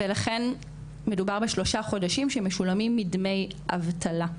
ולכן, מדובר בשלושה חודשים שמשולמים מדמי אבטלה.